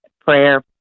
prayer